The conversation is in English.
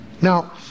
Now